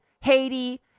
Haiti